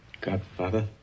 Godfather